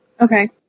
Okay